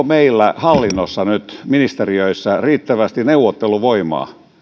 meillä hallinnossa nyt ministeriöissä riittävästi neuvotteluvoimaa